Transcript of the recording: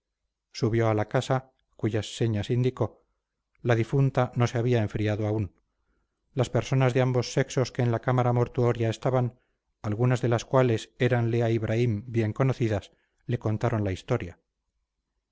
subió a la casa cuyas señas indicó la difunta no se había enfriado aún las personas de ambos sexos que en la cámara mortuoria estaban algunas de las cuales éranle a ibraim bien conocidas le contaron la historia